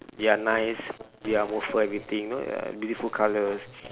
ya nice y~ ya more fur everything you know beautiful colour